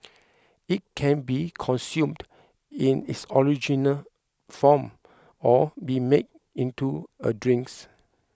it can be consumed in its original form or be made into a drinks